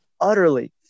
utterly